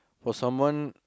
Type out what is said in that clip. for someone